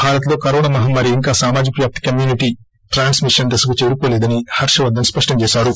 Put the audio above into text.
భారత్లో కరోనా మహమ్మారి ఇంకా సామాజిక వ్యాప్తి కమ్యూనిటీ ట్రాన్స్మిషన్ దశకు చేరుకోలేదని హర్షవర్గన్ స్పష్టం చేశారు